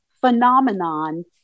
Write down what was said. phenomenon